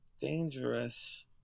dangerous